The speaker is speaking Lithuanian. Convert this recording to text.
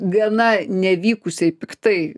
gana nevykusiai piktai